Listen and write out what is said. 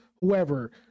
whoever